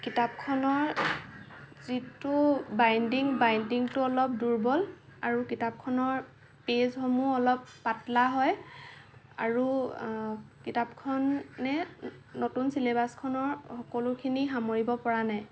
কিতাপখনৰ যিটো বাইণ্ডিং বাইণ্ডিঙটো অলপ দুৰ্বল আৰু কিতাপখনৰ পেজসমূহ অলপ পাতলা হয় আৰু কিতাপখনে নতুন চিলেবাচখনৰ সকলোখিনি সামৰিব পৰা নাই